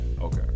Okay